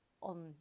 on